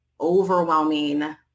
overwhelming